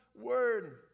word